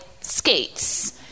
skates